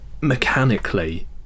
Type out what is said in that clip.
mechanically